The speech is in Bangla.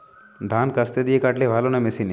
ধান কাস্তে দিয়ে কাটলে ভালো না মেশিনে?